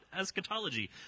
Eschatology